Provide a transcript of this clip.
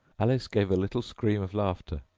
alice gave a little scream of laughter.